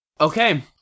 Okay